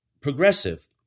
progressive